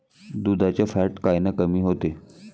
दुधाचं फॅट कायनं कमी होते?